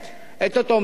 את אותו מחיר.